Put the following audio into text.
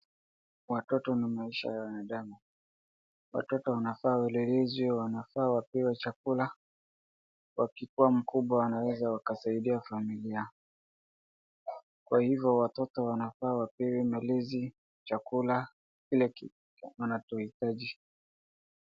Watoto na maisha ya wanadamu. Watoto wanafaa walelezwe, wanafaa wapewe chakula, wakikuwa mkubwa wanaweza wakasaidia familia yao. Kwa hivyo watoto wanafaa wapewe malezi, chakula, kila kitu wanacho hitaji.